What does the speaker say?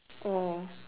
oh